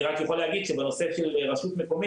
אני רק יכול להגיד שבנושא של רשות מקומית,